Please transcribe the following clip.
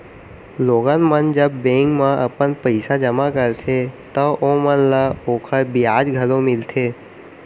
लोगन मन जब बेंक म अपन पइसा जमा करथे तव ओमन ल ओकर बियाज घलौ मिलथे